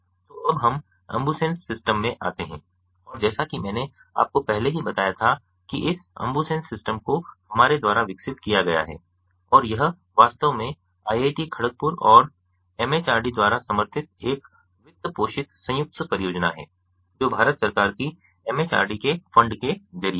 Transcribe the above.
तो अब हम अम्बुसेन्स सिस्टम में आते हैं और जैसा कि मैंने आपको पहले ही बताया था कि इस अम्बुसेन्स सिस्टम को हमारे द्वारा विकसित किया गया है और यह वास्तव में आईआईटी खड़गपुर और एमएचआरडी द्वारा समर्थित एक वित्त पोषित संयुक्त परियोजना है जो भारत सरकार की एमएचआरडी के फंड के जरिए है